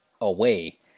away